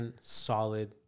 solid